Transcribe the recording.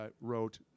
wrote